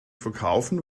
verkaufen